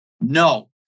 No